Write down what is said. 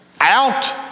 out